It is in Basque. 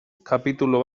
kapitulu